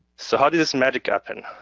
so how did this magic happen?